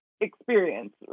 experience